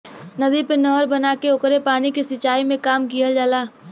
नदी पे नहर बना के ओकरे पानी के सिंचाई में काम लिहल जाला